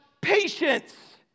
patience